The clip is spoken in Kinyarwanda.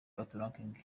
patoranking